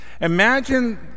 Imagine